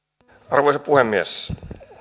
arvoisa puhemies